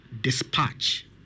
dispatch